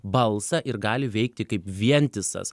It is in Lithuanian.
balsą ir gali veikti kaip vientisas